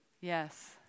Yes